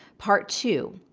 part two,